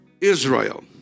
Israel